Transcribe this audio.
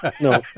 no